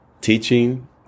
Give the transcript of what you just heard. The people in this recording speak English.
teaching